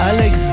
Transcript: Alex